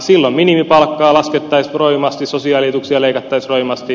silloin minimipalkkaa laskettaisiin roimasti sosiaalietuuksia leikattaisiin roimasti